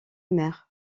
maire